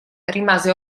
rimase